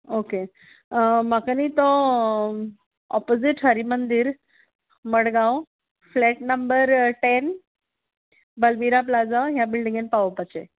okay म्हाका न्हय तो opposite Hari Mandir Madgaon flat number ten Balvira plaza ह्या बिल्डिंगेन पावोपाचें